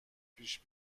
پیش